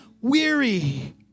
weary